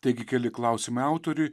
taigi keli klausimai autoriui